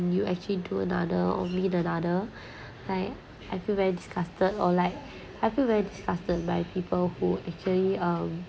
you actually do another or meet the other like I feel very disgusted or like I feel very disgusted by people who actually um